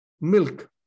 milk